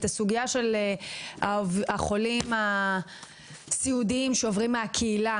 את הסוגייה של החולים הסיעודיים שעוברים מהקהילה